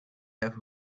have